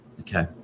Okay